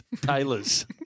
tailors